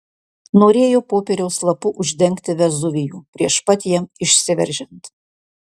norėjo popieriaus lapu uždengti vezuvijų prieš pat jam išsiveržiant